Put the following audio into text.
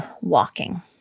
walking